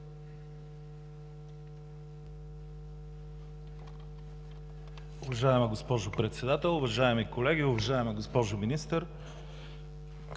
Уважаема госпожо Председател, уважаеми колеги, уважаема госпожо Министър!